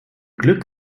glück